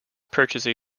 purchase